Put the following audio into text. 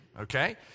okay